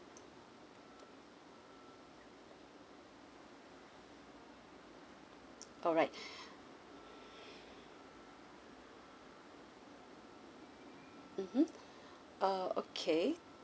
alright mmhmm uh okay